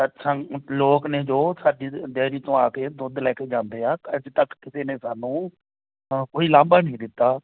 ਸਤਿਸੰਗ ਲੋਕ ਨੇ ਜੋ ਸਾਡੀ ਡੈਰੀ ਤੋਂ ਆ ਕੇ ਦੁੱਧ ਲੈ ਕੇ ਜਾਂਦੇ ਆ ਅੱਜ ਤੱਕ ਕਿਸੇ ਨੇ ਸਾਨੂੰ ਕੋਈ ਅ ਉਲਾਂਭਾ ਨਹੀਂ ਦਿੱਤਾ